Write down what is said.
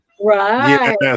Right